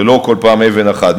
וזה לא בכל פעם אבן אחת,